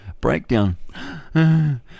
breakdown